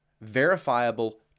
verifiable